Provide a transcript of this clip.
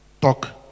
Talk